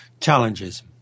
challenges